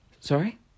Sorry